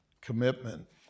commitment